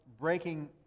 breaking